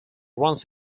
once